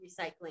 recycling